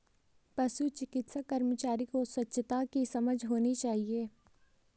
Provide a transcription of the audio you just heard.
पशु चिकित्सा कर्मचारी को स्वच्छता की समझ होनी चाहिए